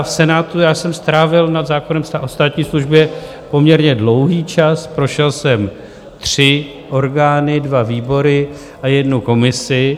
V Senátu jsem strávil nad zákonem o státní službě poměrně dlouhý čas, prošel jsem tři orgány, dva výbory a jednu komisi.